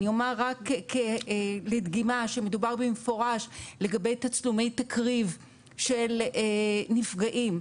אומר רק כדגימה שמדובר במפורש לגבי תצלומי תקריב של נפגעים,